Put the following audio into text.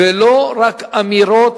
ולא רק באמירות.